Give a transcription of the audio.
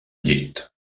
llit